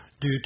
due